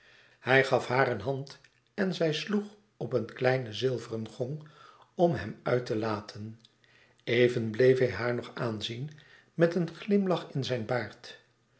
hij gaf haar een hand en zij sloeg op een kleinen zilveren gong om hem uit te laten even bleef hij haar nog aanzien met een glimlach in zijn baard